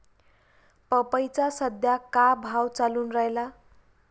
पपईचा सद्या का भाव चालून रायला?